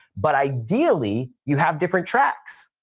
but ideally, you have different tracks,